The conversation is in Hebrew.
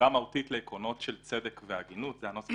לעקרונות של צדק והגינות, זה הנוסח,